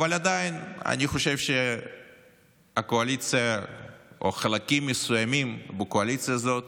אבל עדיין אני חושב שהקואליציה או חלקים מסוימים בקואליציה הזאת